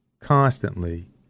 constantly